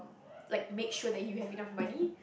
like make sure that you have enough money